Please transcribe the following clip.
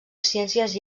ciències